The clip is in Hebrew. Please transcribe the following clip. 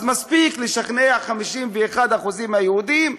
אז מספיק לשכנע 51% מהיהודים,